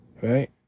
Right